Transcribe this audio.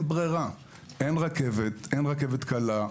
אין רכבת, אין רכבת קלה.